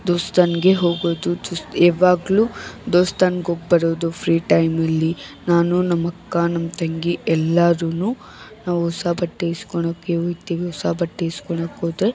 ದೇವ್ಸ್ಥಾನ್ಕೆ ಹೋಗೋದು ದೊಸ್ ಯಾವಾಗ್ಲು ದೇವ್ಸ್ಥಾನ್ಗೋಗ್ಬರೋದು ಫ್ರೀ ಟೈಮಲ್ಲಿ ನಾನು ನಮ್ಮಕ್ಕ ನಮ್ಮ ತಂಗಿ ಎಲ್ಲರೂ ನಾವು ಹೊಸ ಬಟ್ಟೆ ಇಸ್ಕೋಳಕ್ಕೆ ಹೋಗ್ತೀವಿ ಹೊಸ ಬಟ್ಟೆ ಇಸ್ಕೋಳಕ್ಕೋದ್ರೆ